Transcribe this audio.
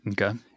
Okay